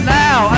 now